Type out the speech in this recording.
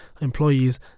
employees